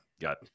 got